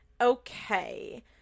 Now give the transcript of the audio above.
Okay